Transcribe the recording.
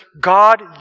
God